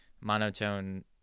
monotone